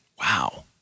Wow